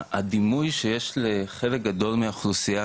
הדימוי שיש לחלק גדול מהאוכלוסייה,